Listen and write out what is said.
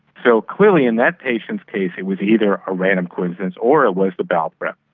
so clearly in that patient's case it was either a random coincidence or it was the bowel prep.